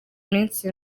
iminsi